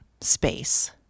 space